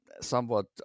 somewhat